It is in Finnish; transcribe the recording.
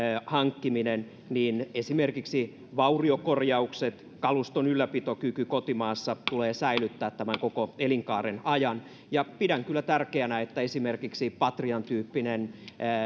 hankkiminen ja esimerkiksi vauriokorjaukset kaluston ylläpitokyky kotimaassa tulee säilyttää tämän koko elinkaaren ajan ja pidän kyllä tärkeänä että esimerkiksi patrian tyyppinen